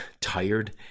tired